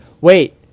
Wait